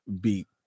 beat